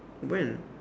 when